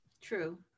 true